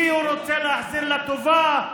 כי הוא רוצה להחזיר לה טובה?